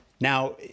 Now